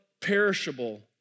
perishable